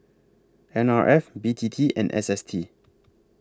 N R F B T T and S S T